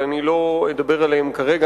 אבל אני לא אדבר עליהם כרגע.